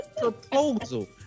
Proposal